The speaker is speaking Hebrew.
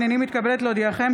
הינני מתכבדת להודיעכם,